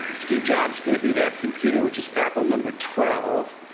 steve jobs gave me that computer, which is apple number twelve,